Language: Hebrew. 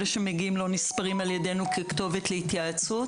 אלה שמגיעים לא נספרים על ידינו ככתובת להתייעצות,